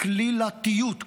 "כלילתיות",